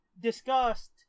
discussed